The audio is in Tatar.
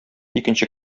икенче